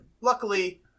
Luckily